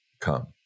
come